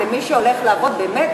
למי שהולך לעבוד באמת